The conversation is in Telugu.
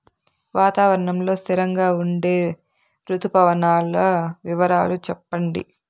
వాతావరణం లో స్థిరంగా ఉండే రుతు పవనాల వివరాలు చెప్పండి?